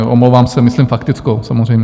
Omlouvám se, myslím faktickou samozřejmě.